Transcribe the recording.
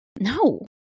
No